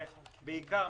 שמי הן בעיקר?